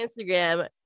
Instagram